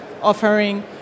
Offering